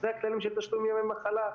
זה הכללים של תשלום ימי מחלה,